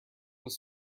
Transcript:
was